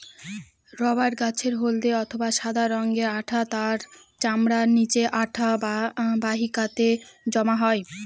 rubber গাছের হল্দে অথবা সাদা রঙের আঠা তার চামড়ার নিচে আঠা বাহিকাতে জমা হয়